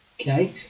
Okay